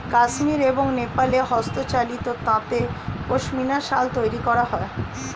কাশ্মীর এবং নেপালে হস্তচালিত তাঁতে পশমিনা শাল তৈরি করা হয়